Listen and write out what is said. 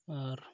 ᱟᱨ